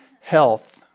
health